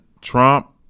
Trump